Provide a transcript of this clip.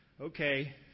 Okay